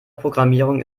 programmierung